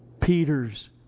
Peter's